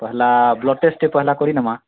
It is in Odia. ପହେଲା ବ୍ଲଡ଼୍ ଟେଷ୍ଟ୍ ଟିକେ ପହେଲା କରିନେମା